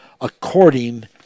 according